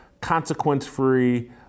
consequence-free